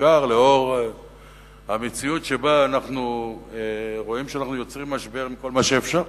בעיקר לאור המציאות שבה אנחנו רואים שאנחנו יוצרים משבר מכל מה שאפשר.